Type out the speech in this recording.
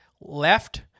left